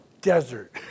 desert